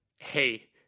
hey